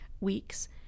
weeks